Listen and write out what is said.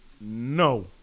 no